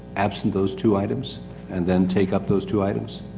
absent those two items and then take up those two items?